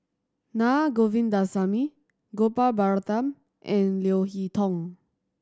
Na Govindasamy Gopal Baratham and Leo Hee Tong